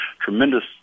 Tremendous